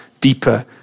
deeper